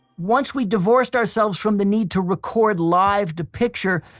once we divorced ourselves from the need to record live to picture,